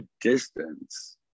distance